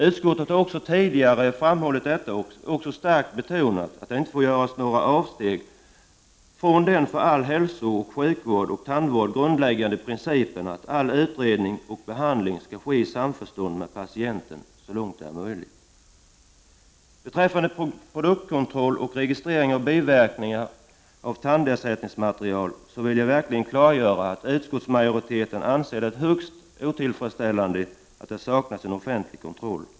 Utskottet har tidigare framhållit detta och också starkt betonat att det inte får göras några avsteg från den för all hälsooch sjukvård och tandvård grundläggande principen att all utredning och behandling skall ske i samförstånd med patienten så långt det är möjligt. Beträffande produktkontroll och registrering av biverkningar från tandersättningsmaterial vill jag klargöra att utskottsmajoriteten anser det högst otillfredsställande att det saknas en offentlig kontroll.